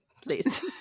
please